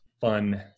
fun